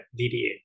DDA